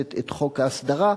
בכנסת את חוק ההסדרה",